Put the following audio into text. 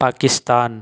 Pakistan